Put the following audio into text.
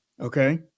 Okay